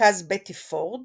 במרכז בטי פורד